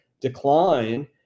decline